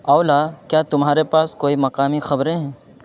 اولا کیا تمہارے پاس کوئی مقامی خبریں ہیں